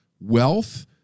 Wealth